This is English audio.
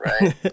Right